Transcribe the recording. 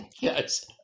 Yes